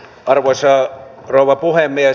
arvoisa rouva puhemies